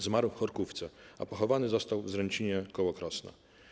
Zmarł w Chorkówce, a pochowany został w Zręcinie koło Krosna.